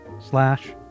slash